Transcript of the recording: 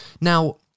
Now